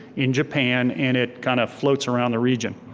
in japan, and it kind of floats around the region.